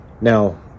Now